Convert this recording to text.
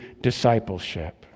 discipleship